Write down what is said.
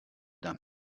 d’un